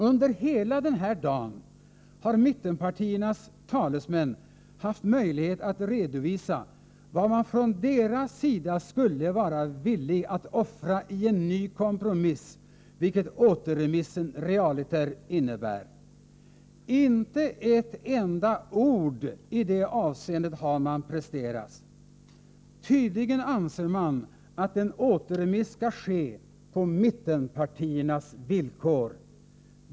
Under hela den här dagen har mittenpartiernas talesmän haft möjlighet att redovisa vad man från deras sida skulle vara villig att offra i en ny kompromiss, vilket återremissen realiter innebär. Inte ett enda ord i det avseendet har man presterat! Tydligen anser man att en återremiss skall ske på mittenpartiernas villkor.